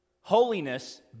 Holiness